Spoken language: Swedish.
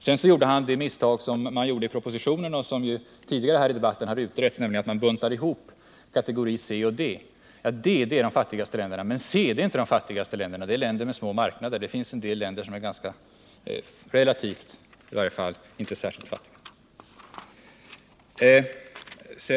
Sedan gjorde Allan Hernelius samma misstag som det som gjorts i propositionen och som tidigare i debatten har blivit utrett, nämligen att man buntar ihop kategori C och D. Ja, D-länderna är de fattigaste, men C-länderna är det inte, utan det är länder med små marknader. Några av dem är i alla fall relativt sett inte särskilt fattiga.